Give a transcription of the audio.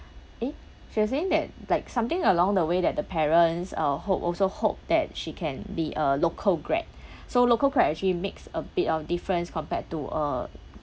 eh she was saying that like something along the way that the parents uh hope also hope that she can be a local grad so local grad actually makes a bit of difference compared to uh